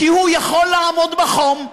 כי הוא יכול לעמוד בחום.